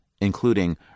including